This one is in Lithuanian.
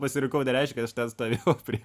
pasirinkau nereiškia kad aš ten stovėjau prie